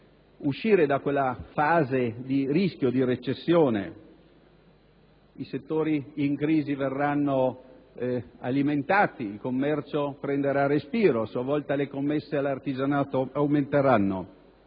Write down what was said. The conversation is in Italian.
uscire da quella fase di rischio di recessione. I settori in crisi verranno alimentati, il commercio prenderà respiro, a loro volta le commesse all'artigianato aumenteranno.